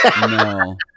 No